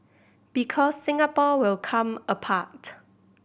because Singapore will come apart